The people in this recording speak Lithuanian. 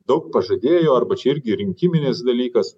daug pažadėjo arba čia irgi rinkiminis dalykas